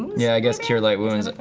yeah, i guess cure light wounds,